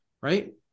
Right